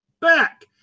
back